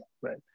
right